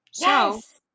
Yes